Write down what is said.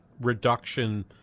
reduction